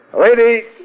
Lady